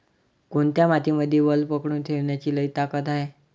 कोनत्या मातीमंदी वल पकडून ठेवण्याची लई ताकद हाये?